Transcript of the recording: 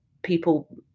people